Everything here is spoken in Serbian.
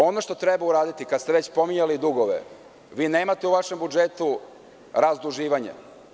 Ono što treba uraditi, kad ste već spominjali dugove, vi nemate u vašem budžetu razduživanja.